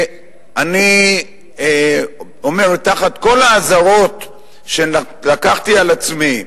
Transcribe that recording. אני אומר, תחת כל האזהרות שלקחתי על עצמי,